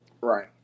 right